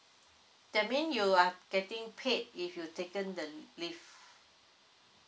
that mean you are getting paid if you taken the leave